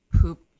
poop